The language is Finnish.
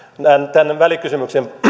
tämän välikysymyksen